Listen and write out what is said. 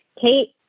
Kate